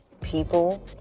people